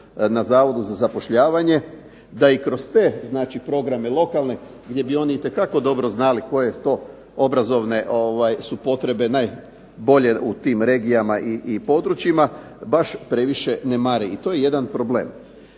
na Zavodu za zapošljavanje, da i kroz te znači programe lokalne gdje bi oni itekako dobro znali koje to obrazovne su potrebe najbolje u tim regijama i područjima baš previše ne mare i to je jedan problem.